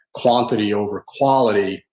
quantity over quality,